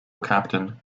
captain